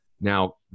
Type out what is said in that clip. now